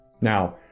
Now